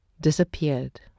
disappeared